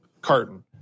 carton